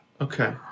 Okay